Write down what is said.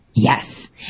Yes